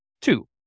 Two